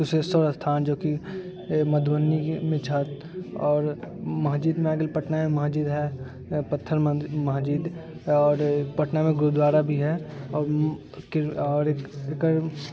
कुशेश्वर स्थान जेकि मधुबनीमे छथि आओर मस्जिद भऽ गेल पटनामे मस्जिद है पत्थर मस्जिद आओर पटनामे गुरुद्वारा भी है आओर कि एकर